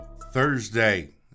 Thursday